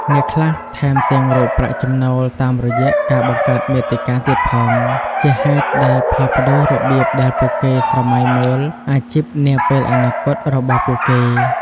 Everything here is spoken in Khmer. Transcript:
អ្នកខ្លះថែមទាំងរកប្រាក់ចំណូលតាមរយៈការបង្កើតមាតិកាទៀតផង ជាហេតុដែលផ្លាស់ប្តូររបៀបដែលពួកគេស្រមៃមើលអាជីពនាពេលអនាគតរបស់ពួកគេ។